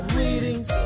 readings